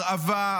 הרעבה,